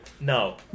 No